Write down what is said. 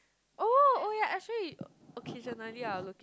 oh oh yea actually occasionally I will look